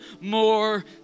more